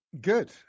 Good